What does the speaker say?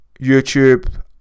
YouTube